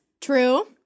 True